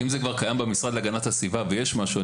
אם זה כבר קיים במשרד להגנת הסביבה ויש משהו,